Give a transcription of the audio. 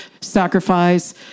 sacrifice